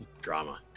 drama